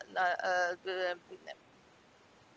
uh uh